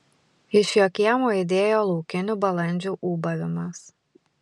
iš jo kiemo aidėjo laukinių balandžių ūbavimas